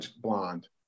blonde